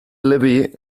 levy